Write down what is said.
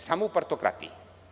Samo u partokratiji.